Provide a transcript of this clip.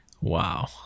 wow